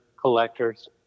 collectors